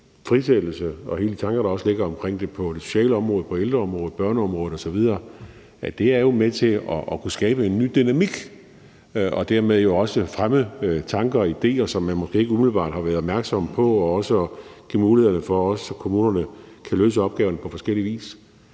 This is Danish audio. frisættelse og alle de tanker, der også er om det på det sociale område, på ældreområdet, børneområdet osv., jo er med til at kunne skabe en ny dynamik og dermed også at fremme tanker og idéer, som man måske ikke umiddelbart har været opmærksom på. Det giver også muligheder, så kommunerne kan løse opgaverne på forskellig vis.